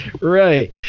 Right